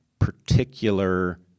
particular